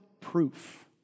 proof